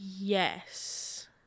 yes